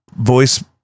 voice